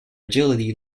agility